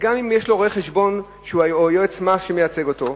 גם אם יש לו רואה-חשבון שהוא יועץ המס שמייצג אותו,